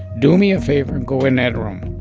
do me a favor, and go in that room.